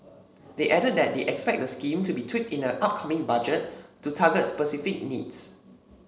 they added that they expect the scheme to be tweaked in the upcoming Budget to target specific needs